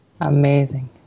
Amazing